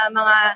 mga